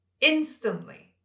instantly